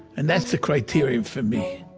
and that's the criterion for me